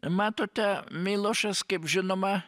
matote milošas kaip žinoma